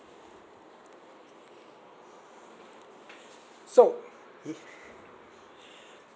so